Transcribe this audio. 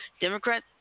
Democrat